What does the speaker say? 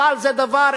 אבל זה דבר,